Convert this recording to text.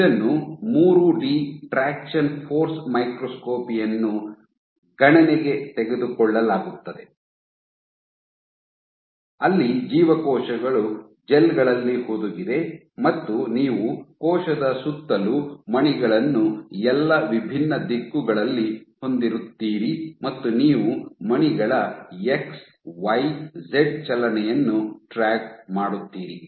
ಇದನ್ನು ಮೂರು D 3 D traction force microscopy ಯನ್ನು ಗಣನೆಗೆ ತೆಗೆದುಕೊಳ್ಳಲಾಗುತ್ತದೆ ಅಲ್ಲಿ ಜೀವಕೋಶಗಳು ಜೆಲ್ ಗಳಲ್ಲಿ ಹುದುಗಿದೆ ಮತ್ತು ನೀವು ಕೋಶದ ಸುತ್ತಲೂ ಮಣಿಗಳನ್ನು ಎಲ್ಲಾ ವಿಭಿನ್ನ ದಿಕ್ಕುಗಳಲ್ಲಿ ಹೊಂದಿರುತ್ತೀರಿ ಮತ್ತು ನೀವು ಮಣಿಗಳ ಎಕ್ಸ್ ವೈ ಜೆಡ್ ಚಲನೆಯನ್ನು ಟ್ರ್ಯಾಕ್ ಮಾಡುತ್ತೀರಿ